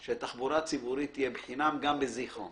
זה חלק מהעניין שתצטרכו להתייחס